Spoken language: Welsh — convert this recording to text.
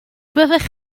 fyddech